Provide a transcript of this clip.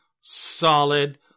solid